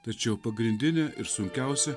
tačiau pagrindinė ir sunkiausia